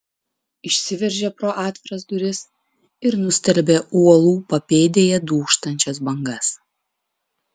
išsiveržė pro atviras duris ir nustelbė uolų papėdėje dūžtančias bangas